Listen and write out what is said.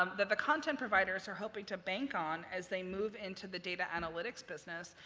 um that the content providers are hoping to bank on as they move into the data analytics business,